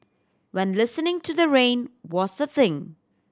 when listening to the rain was a thing